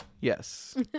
Yes